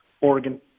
Oregon